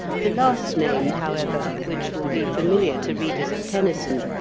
the last-named, however, which will be familiar to readers of tennyson,